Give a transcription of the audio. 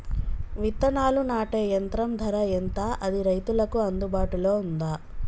విత్తనాలు నాటే యంత్రం ధర ఎంత అది రైతులకు అందుబాటులో ఉందా?